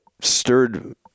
stirred